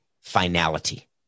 finality